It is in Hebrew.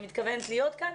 אני מתכוונת היות כאן,